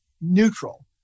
neutral